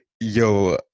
Yo